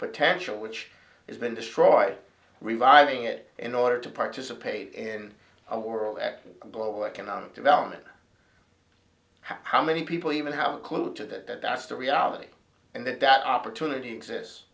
potential which has been destroyed reviving it in order to participate in a world at global economic development how many people even have a clue to that that that's the reality and that that opportunity exist